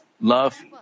love